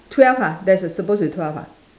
twelve ah there's a supposed to be twelve ah